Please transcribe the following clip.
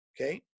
Okay